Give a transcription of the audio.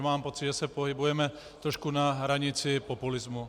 Mám pocit, že se pohybujeme trošku na hranici populismu.